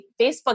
Facebook